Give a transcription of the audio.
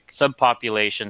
subpopulations